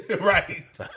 Right